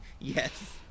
Yes